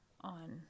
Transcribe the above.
on